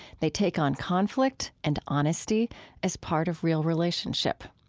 they take on conflict and honesty as part of real relationship.